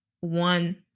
one